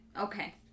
Okay